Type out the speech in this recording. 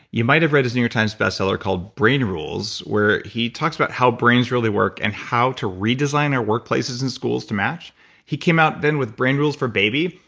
you might've read his new york times bestseller called brain rules, where he talks about how brains really work and how to redesign our workplaces and schools to match he came out then with brain rules for baby,